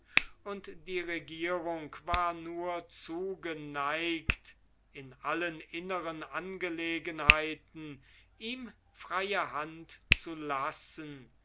und die regierung war nur zu geneigt in allen inneren angelegenheiten ihm freie hand zu lassen